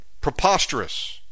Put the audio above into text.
Preposterous